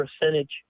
percentage